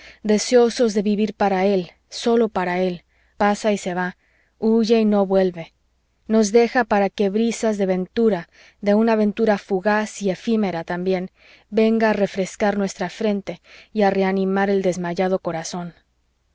deseosos de vivir para él sólo para él pasa y se va huye y no vuelve nos deja para que brisas de ventura de una ventura fugaz y efímera también venga a refrescar nuestra frente y a reanimar el desmayado corazón